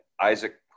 Isaac